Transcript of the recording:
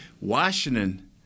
Washington